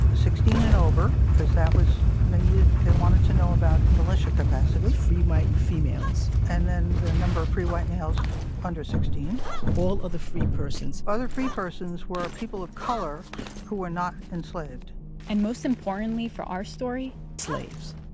sixteen and over because that was they needed they wanted to know about militia capacity free white females and then the number of free white males under sixteen point all other free persons other free persons were people of color who were not enslaved and most importantly for our story. slaves